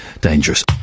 Dangerous